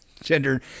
gender